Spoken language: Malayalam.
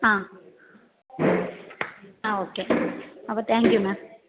ആ ആ ഓക്കേ അപ്പോൾ താങ്ക് യൂ മേം